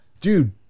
Dude